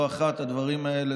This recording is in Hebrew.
לא אחת הדברים האלה,